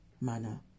manner